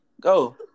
go